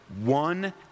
one